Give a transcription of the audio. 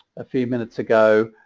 a few minutes ago